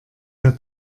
der